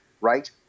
right